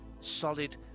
solid